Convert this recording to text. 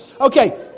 Okay